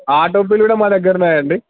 ఆ టోపీలు కూడా మా దగ్గర ఉన్నాయండి